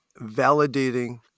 validating